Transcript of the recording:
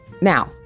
Now